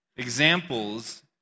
examples